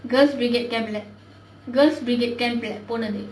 girls' brigade camp girls' brigade camp போனது:ponathu